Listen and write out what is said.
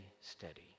steady